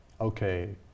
okay